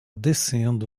descendo